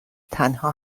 تنها